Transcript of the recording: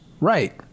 Right